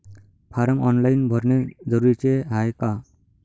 Form online भरने जरुरीचे हाय का?